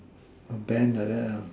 a band like that